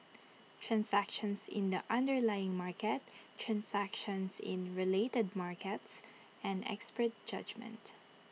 transactions in the underlying market transactions in related markets and expert judgement